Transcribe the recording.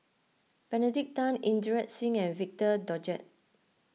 Benedict Tan Inderjit Singh and Victor Doggett